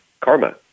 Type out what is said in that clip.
karma